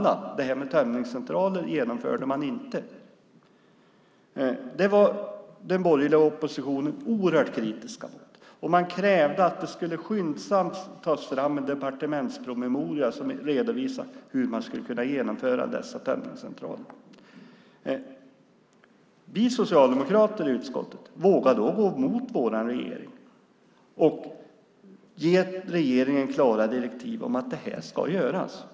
Förslaget om tömningscentraler genomförde man inte. Det var den borgerliga oppositionen oerhört kritisk mot. Man krävde att det skyndsamt skulle tas fram en departementspromemoria som redovisade hur man skulle kunna genomföra dessa tömningscentraler. Vi socialdemokrater i utskottet vågade då gå emot vår regering och ge regeringen klara direktiv om att detta skulle göras.